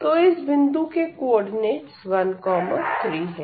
तो इस बिंदु के कोऑर्डिनेटस 13 है